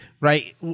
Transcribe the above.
right